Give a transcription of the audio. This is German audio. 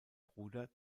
bruder